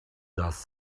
does